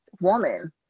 woman